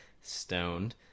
stoned